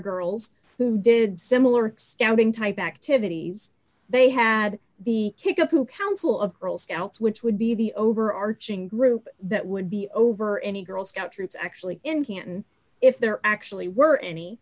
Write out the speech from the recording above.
girls who did similar scouting type activities they had the kickapoo council of girl scouts which would be the overarching group that would be over any girl scout troops actually in canton if there actually were any